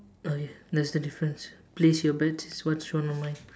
oh ya that's the difference place your bet is what's shown on mine